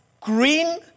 green